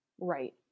Right